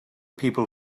people